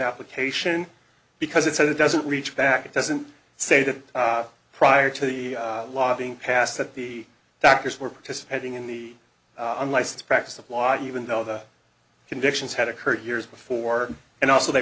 application because it said it doesn't reach back it doesn't say that prior to the law being passed that the doctors were participating in the unlicensed practice of law even though the convictions had occurred years before and also they